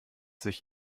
sich